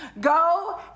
Go